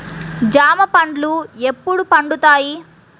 జామ పండ్లు ఎప్పుడు పండుతాయి?